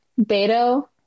Beto